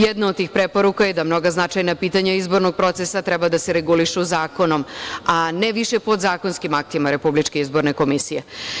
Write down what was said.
Jedna od tih preporuka je da mnoga značajna pitanja izbornog procesa treba da se regulišu zakonom, a ne više podzakonskim aktima Republičke izborne komisije.